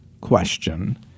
question